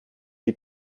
sie